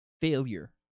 failure